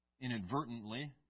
inadvertently